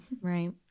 Right